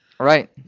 Right